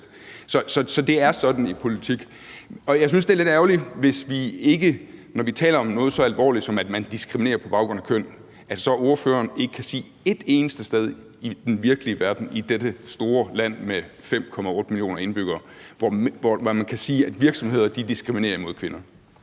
Så det er sådan i politik, og jeg synes, det er lidt ærgerligt, når vi taler om noget så alvorligt, som at man diskriminerer på baggrund af køn, at ordføreren så ikke kan nævne et eneste sted i den virkelige verden i dette store land med 5,8 millioner indbyggere, hvor man kan sige, at virksomheder diskriminerer imod kvinder.